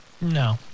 No